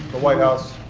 white house